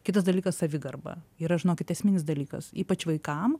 kitas dalykas savigarba yra žinokit esminis dalykas ypač vaikam